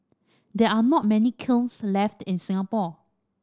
there are not many kilns left in Singapore